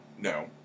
No